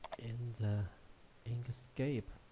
in inkscape